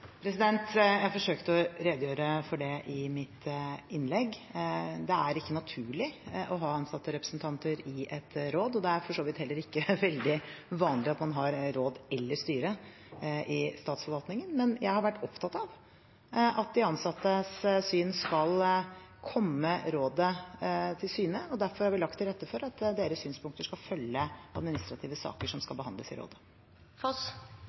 Jeg forsøkte å redegjøre for det i mitt innlegg. Det er ikke naturlig å ha ansattrepresentanter i et råd, og det er for så vidt heller ikke veldig vanlig at man har råd eller styre i statsforvaltningen. Men jeg har vært opptatt av at de ansattes syn skal komme rådet til gode, og derfor har vi lagt til rette for at deres synspunkter skal følge administrative saker som skal behandles i